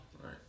Right